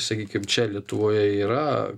sakykim čia lietuvoje yra